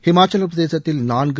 இமாச்சல பிரதேசத்தில் நாள்கு